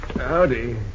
Howdy